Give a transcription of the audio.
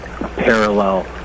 parallel